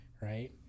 right